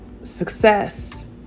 success